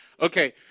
Okay